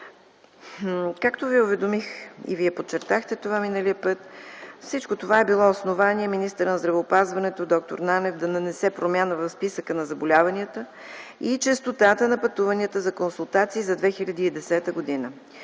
Както Ви уведомих, и Вие подчертахте това миналия път, всичко това е било основание министърът на здравеопазването д-р Нанев да нанесе промяна в списъка на заболяванията и честотата на пътуванията за консултации за 2010 г.